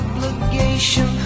Obligation